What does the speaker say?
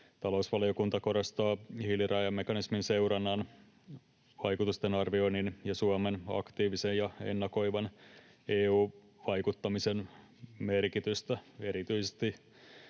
Talousvaliokunta korostaa hiilirajamekanismin seurannan, vaikutusten arvioinnin ja Suomen aktiivisen ja ennakoivan EU-vaikuttamisen merkitystä erityisesti,